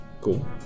Cool